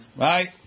Right